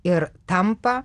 ir tampa